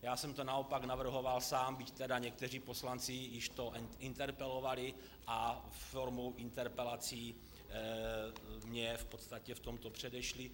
Já jsem to naopak navrhoval sám, byť tedy někteří poslanci již to i interpelovali a formou interpelací mě v podstatě v tomto předešli.